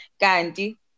Gandhi